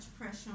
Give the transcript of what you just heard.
pressure